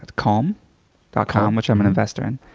calm dot com, which i'm an investor in,